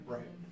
Right